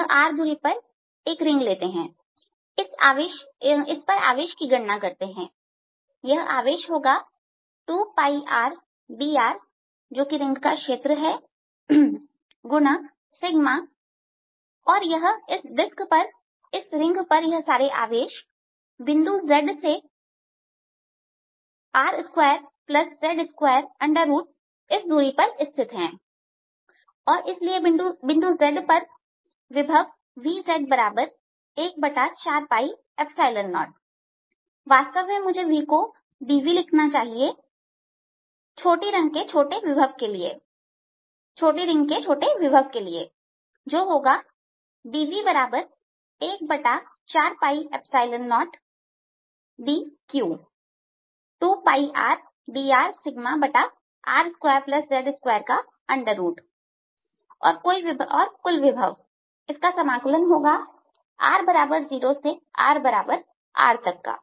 यह r दूरी पर एक रिंग लेते हैं इस पर आवेश की गणना करते हैं यह आवेश होगा 2πrdrजो की रिंग का क्षेत्र है × और यह इस डिस्क पर इस रिंग पर यह सारे आवेश बिंदु z सेr2z2 दूरी पर है और इसलिए बिंदु z पर विभव V140वास्तव में मुझे V को dV लिखना चाहिए छोटी रंग के छोटे विभव के लिए जो होगा dV140x dq 2πrdr r2z2 और कुल विभव इसका समाकलन होगा r0 से rR तक का